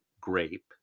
grape